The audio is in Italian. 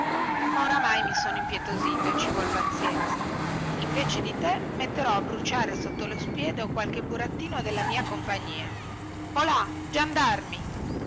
ma oramai mi sono impietosito e ci vuol pazienza invece di te metterò a bruciare sotto lo spiedo qualche burattino della mia compagnia olà giandarmi